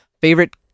Favorite